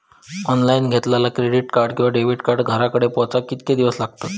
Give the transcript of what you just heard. Online घेतला credit card किंवा debit card घराकडे पोचाक कितके दिस लागतत?